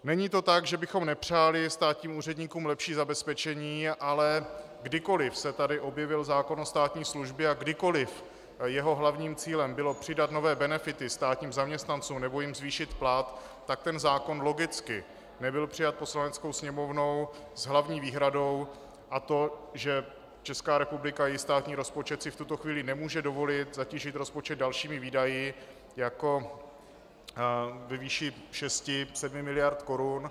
Není to tak, že bychom nepřáli státním úředníkům lepší zabezpečení, ale kdykoli se tady objevil zákon o státní službě a kdykoli jeho hlavním cílem bylo přidat nové benefity státním zaměstnancům nebo jim zvýšit plat, tak zákon logicky nebyl přijat Poslaneckou sněmovnou s hlavní výhradou, že Česká republika, její státní rozpočet, si v tuto chvíli nemůže dovolit zatížit rozpočet dalšími výdaji ve výši 6 až 7 miliard korun.